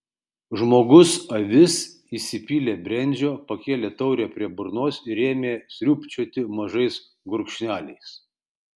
žmogus avis įsipylė brendžio pakėlė taurę prie burnos ir ėmė sriūbčioti mažais gurkšneliais